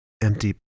Empty